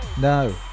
No